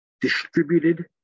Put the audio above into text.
distributed